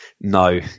no